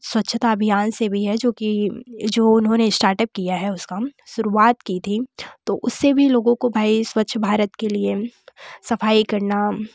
स्वच्छता अभियान से भी है जो कि जो उन्होंने स्टार्टअप किया है उसका शुरुआत की थी तो उससे भी लोगों को भाई स्वच्छ भारते के लिए सफाई करना